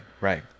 right